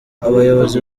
abayobozi